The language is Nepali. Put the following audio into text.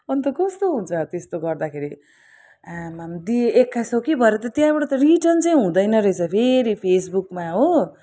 अन्त कस्तो हुन्छ त्यस्तो गर्दाखेरि आमाम दिएँ एक्काइस सौ कि भरे त त्यहाँबाट त रिटर्न चाहिँ हुँदैन रहेछ फेरि फेसबुकमा हो